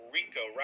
Rico